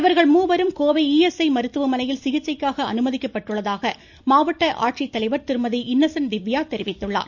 இவர்கள் மூவரும் கோவை ஈஎஸ்ஐ மருத்துவமனையில் சிகிச்சைக்காக அனுமதிக்கப்பட்டுள்ளதாக மாவட்ட ஆட்சித்தலைவர் திருமதி இன்னசென்ட் திவ்யா தெரிவித்துள்ளார்